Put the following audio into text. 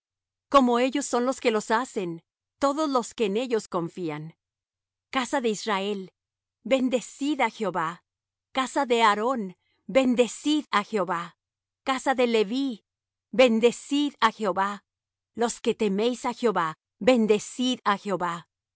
como ellos son los que los hacen todos los que en ellos confían casa de israel bendecid á jehová casa de aarón bendecid á jehová casa de leví bendecid á jehová los que teméis á jehová bendecid á jehová